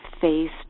faced